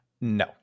No